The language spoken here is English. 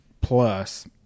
plus